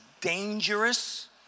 dangerous